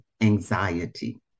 anxiety